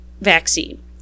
vaccine